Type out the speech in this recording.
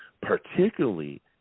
particularly